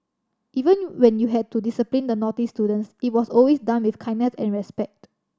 even when you had to discipline the naughty students it was always done with kindness and respect